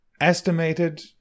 estimated